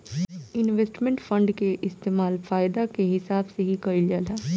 investment fund के इस्तेमाल फायदा के हिसाब से ही कईल जाला